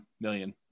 million